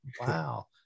wow